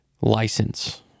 license